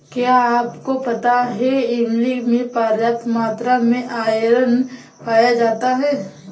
क्या आपको पता है इमली में पर्याप्त मात्रा में आयरन पाया जाता है?